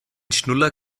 schnuller